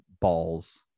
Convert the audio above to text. balls